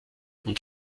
und